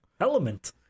element